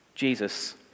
Jesus